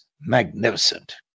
magnificent